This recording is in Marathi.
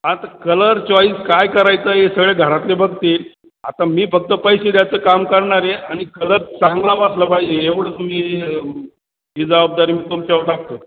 आता कलर चॉईस काय करायचा हे सगळे घरातले बघतील आता मी फक्त पैसे द्यायचं काम करणार आहे आणि कलर चांगला वाटला पाहिजे एवढं तुम्ही ही जबाबदारी मी तुमच्यावर टाकतो आहे